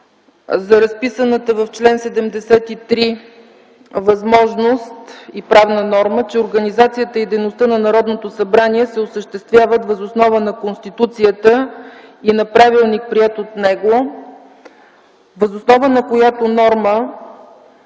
за разписаната в чл. 73 възможност и правна норма, че организацията и дейността на Народното събрание се осъществяват въз основа на Конституцията и на правилник, приет от него, въз основа на която норма